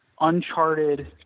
uncharted